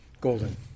golden